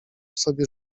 sobie